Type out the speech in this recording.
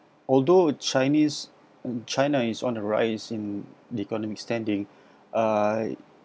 although chinese um china is on the rise in the economic standing uh